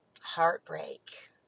heartbreak